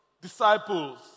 disciples